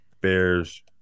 Bears